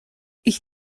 ich